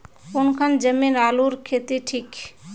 कौन खान जमीन आलूर केते ठिक?